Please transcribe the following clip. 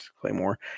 claymore